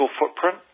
footprint